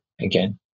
again